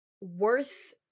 worth